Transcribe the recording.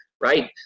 right